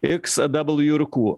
iks dabalju ir ku